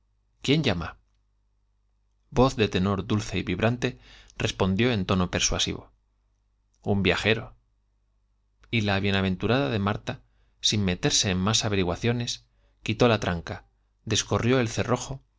quién llama voz de tenor dulce y vibrante respondió en tono persuasivo un viajero y la bienaventurada de marta sin meterse en más averi guaciones quitó la tranca descorrió el cerrojo